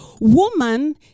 woman